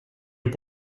est